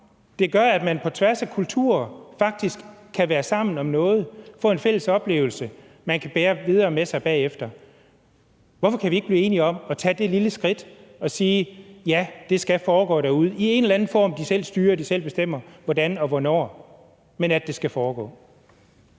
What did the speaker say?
Det gør, at man på tværs af kulturer faktisk kan være sammen om noget, få en fælles oplevelse, som man kan bære videre med sig bagefter. Hvorfor kan vi ikke blive enige om at tage det lille skridt og sige, at ja, det skal foregå derude i en eller anden form, de selv styrer, og hvor de selv bestemmer hvordan og hvornår, men at det skal foregå?